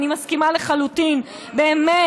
הרווחה והשירותים החברתיים חיים כץ: